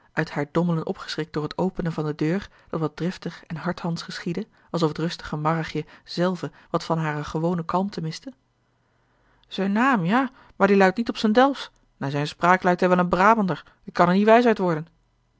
uit haar dommelen opgeschrikt door het openen van de deur dat wat driftig en hardhandsch geschiedde alsof het rustige marrigje zelve wat van hare gewone kalmte miste zijn naam ja maar die luidt niet op zijn delftsch naar zijne spraak lijkt hij wel een brabander ik kan er niet wijs uit worden